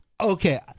okay